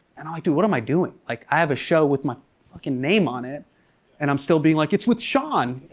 and i'm like, dude what am i doing? like, i have a show with my fuckin' name on it and i'm still being like, it's with sean!